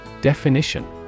Definition